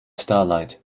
starlight